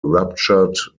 ruptured